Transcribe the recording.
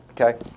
Okay